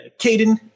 Caden